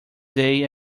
day